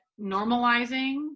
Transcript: normalizing